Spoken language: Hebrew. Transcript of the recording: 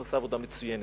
שעושה עבודה מצוינת.